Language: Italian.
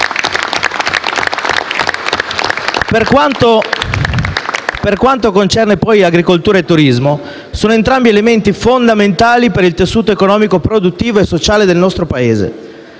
Per quanto concerne agricoltura e turismo, sono entrambi elementi fondamentali per il tessuto economico, produttivo e sociale del nostro Paese: